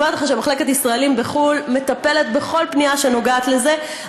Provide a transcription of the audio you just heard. אני אומרת לך שמחלקת ישראלים בחו"ל מטפלת בכל פנייה שנוגעת בזה.